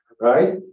Right